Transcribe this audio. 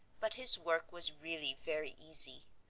but his work was really very easy.